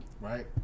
right